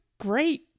great